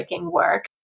work